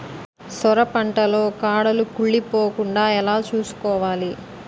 సొర పంట లో కాడలు కుళ్ళి పోకుండా ఎలా చూసుకోవాలి?